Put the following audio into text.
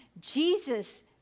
Jesus